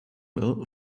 mill